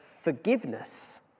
forgiveness